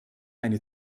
eine